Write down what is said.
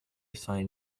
sign